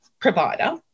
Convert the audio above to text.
provider